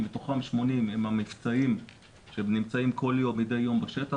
מתוכם 80 הם המבצעיים שנמצאים מדי יום בשטח.